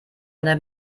eine